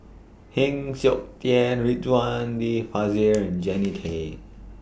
Heng Siok Tian Ridzwan Dzafir and Jannie Tay